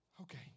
Okay